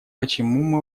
почему